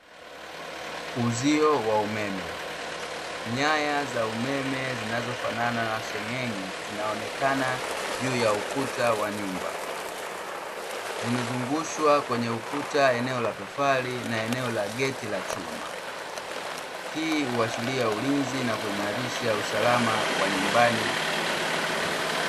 Uzio wa umeme. Nyaya za umeme zinazofanana na seng'eng'e zinaonekana juu ya ukuta wa nyumba. Zimezungushwa kwenye ukuta eneo la tofali na eneo la geti la chuma. Hii huashiria ulinzi na kuimarisha usalama wa nyumbani.